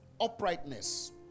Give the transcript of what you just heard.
uprightness